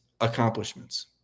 accomplishments